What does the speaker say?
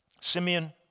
Simeon